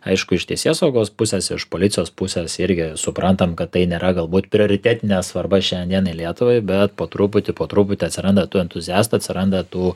aišku iš teisėsaugos pusės iš policijos pusės irgi suprantam kad tai nėra galbūt prioritetinė svarba šiandienai lietuvai bet po truputį po truputį atsiranda tų entuziastų atsiranda tų